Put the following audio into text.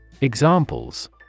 Examples